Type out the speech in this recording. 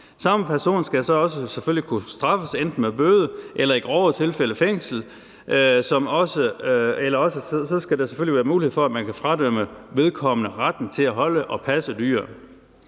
Samme person skal så også kunne straffes enten med bøde eller i grovere tilfælde med fængsel, og ellers skal der selvfølgelig være mulighed for, at man kan fradømme vedkommende retten til at holde og passe dyr,